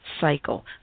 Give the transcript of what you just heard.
cycle